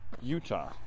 Utah